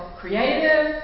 creative